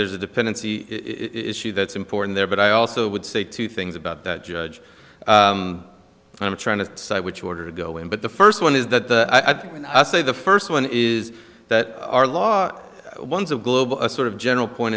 there's a dependency issues that's important there but i also would say two things about the judge and i'm trying to decide which order to go in but the first one is that i think when i say the first one is that our law one is a global a sort of general point